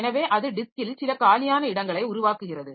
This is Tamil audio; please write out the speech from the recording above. எனவே அது டிஸ்க்கில் சில காலியான இடங்களை உருவாக்குகிறது